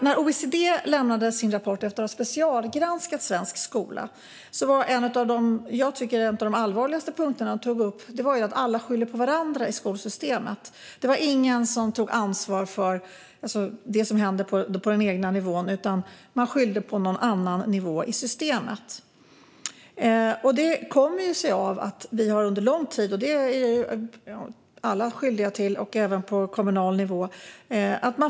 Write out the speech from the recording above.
När OECD lämnade sin rapport efter att ha specialgranskat svensk skola var en av de allvarligaste punkter som togs upp detta att alla skyller på varandra i skolsystemet. Det var ingen som tog ansvar för det som händer på den egna nivån, utan man skyllde på någon annan nivå i systemet. Vi har under lång tid hållit på att lägga oss i detaljer - detta är vi alla skyldiga till, även på kommunal nivå.